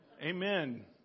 Amen